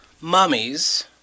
mummies